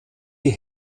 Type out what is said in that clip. die